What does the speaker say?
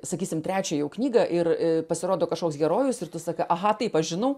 sakysim trečią jau knygą ir pasirodo kažkoks herojus ir tu sakai aha taip aš žinau